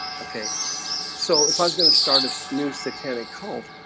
okay so if i was going to start a new satanic cult,